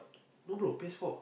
no bro P_S-four